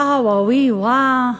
וואווה-וויווה.